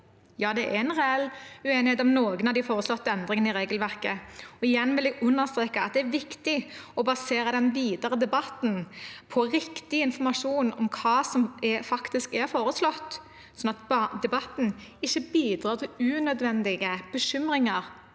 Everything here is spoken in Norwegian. det er en reell uenighet om noen av de foreslåtte endringene i regelverket, og igjen vil jeg understreke at det er viktig å basere den videre debatten på riktig informasjon om hva som faktisk er foreslått, sånn at debatten ikke bidrar til unødvendige bekymringer